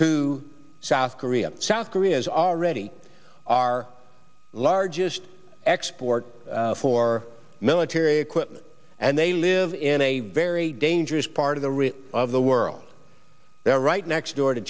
to south korea south korea is already our largest export for military equipment and they live in a very dangerous part of the rear of the world they're right next door to